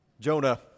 Jonah